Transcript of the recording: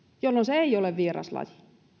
jolloin se ei ole vieraslaji